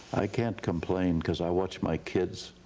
i can't complain because i watched my kids,